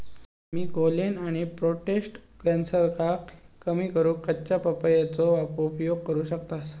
तुम्ही कोलेन आणि प्रोटेस्ट कॅन्सरका कमी करूक कच्च्या पपयेचो उपयोग करू शकतास